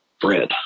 bread